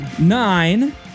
nine